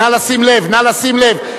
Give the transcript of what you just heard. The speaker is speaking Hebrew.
נא לשים לב, נא לשים לב.